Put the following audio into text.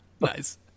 Nice